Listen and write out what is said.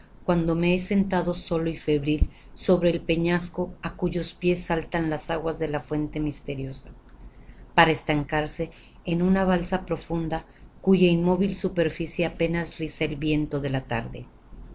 cuando me he sentado solo y febril sobre el peñasco á cuyos pies saltan las aguas de la fuente misteriosa para estancarse en una balsa profunda cuya inmóvil superficie apenas riza el viento de la tarde